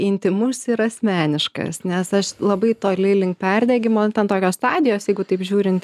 intymus ir asmeniškas nes aš labai toli link perdegimo ant ten tokios stadijos jeigu taip žiūrint